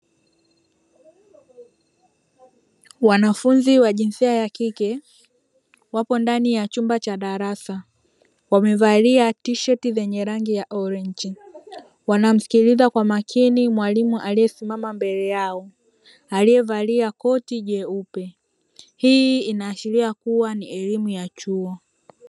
Wanafunzi wa jinsia ya kike wapo ndani ya chumba cha darasa. Wamevalia tisheti zenye rangi ya orenji. Wanamsikiliza kwa makini mwalimu aliyesimama mbele yao, aliyevalia koti jeupe. Hii inaashiria kuwa ni elimu ya chuo.